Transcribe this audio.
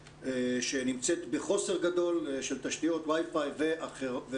שנמצאת בחוסר גדול של תשתיות wifi ואחרות.